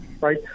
right